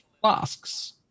flasks